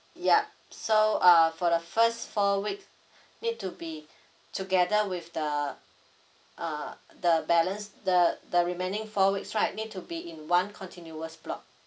yup so uh for the first four week need to be together with the uh the balance the the remaining four weeks right need to be in one continuous block